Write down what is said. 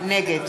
נגד